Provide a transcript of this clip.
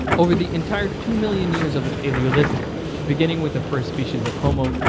over the entire two million years of the paleolithic, beginning with the first species of homo,